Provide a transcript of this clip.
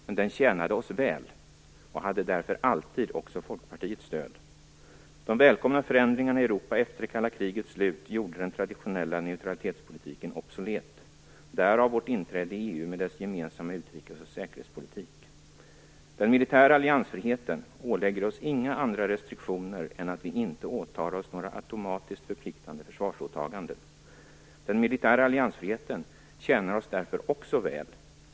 Men den tjänade oss väl och hade därför alltid också Folkpartiets stöd. De välkomna förändringarna i Europa efter det kalla krigets slut gjorde den traditionella neutralitetspolitiken obsolet. Därav vårt inträde i EU Den militära alliansfriheten ålägger oss inga andra restriktioner än att vi inte åtar oss några automatiskt förpliktande försvarsåtaganden. Den militära alliansfriheten tjänar oss därför också väl.